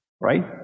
right